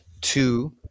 Two